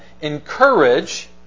encourage